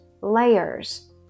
layers